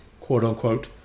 quote-unquote